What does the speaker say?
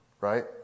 right